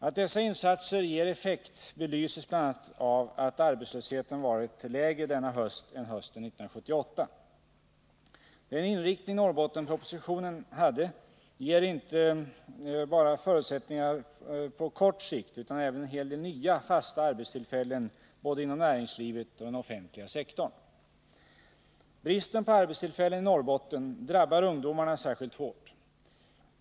Att dessa insatser ger effekt belyses bl.a. av att arbetslösheten varit lägre denna höst än hösten 1978. Den inriktning Norrbottenpropositionen hade ger inte bara förbättringar på kort sikt utan även en hel del nya fasta arbetstillfällen både inom näringslivet och inom den offentliga sektorn. Bristen på arbetstillfällen i Norrbotten drabbar ungdomarna särskilt hårt.